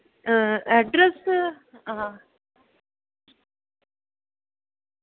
address हां